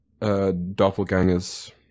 doppelgangers